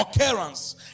occurrence